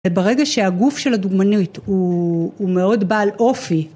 וברגע שהגוף של הדוגמניות הוא מאוד בעל אופי.